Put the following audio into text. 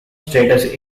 status